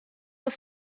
was